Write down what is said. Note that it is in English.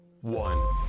one